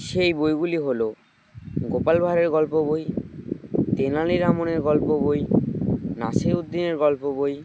সেই বইগুলি হলো গোপাল ভাঁড়ের গল্প বই তেনালী রামনের গল্প বই নাসিরুদ্দিনের গল্প বই